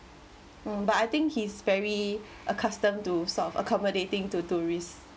mm but I think he's very accustomed to sort of accommodating to tourists